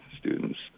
students